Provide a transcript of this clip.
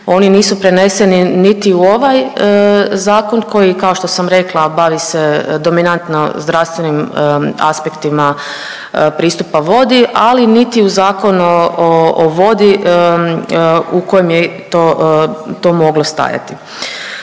oni nisu preneseni niti u ovaj zakon koji kao što sam rekla bavi se dominantno zdravstvenim aspektima pristupa vodi, ali niti u Zakon o vodi u koje je to moglo stajati.